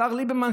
השר ליברמן,